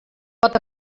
pot